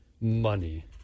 money